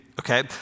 Okay